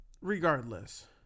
Regardless